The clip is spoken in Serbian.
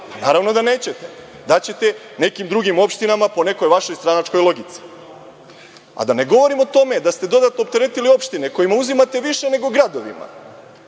Naravno da nećete. Daćete nekim drugim opštinama po nekoj vašoj stranačkoj logici. Da ne govorim o tome da ste dodatno opteretili opštine kojima uzimate više nego gradovima,